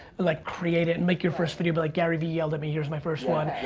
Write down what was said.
like create it and make your first video. be like, gary v yelled at me, here's my first one.